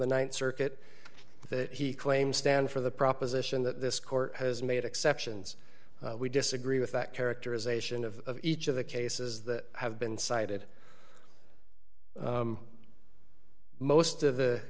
the th circuit that he claims stand for the proposition that this court has made exceptions we disagree with that characterization of each of the cases that have been cited most of the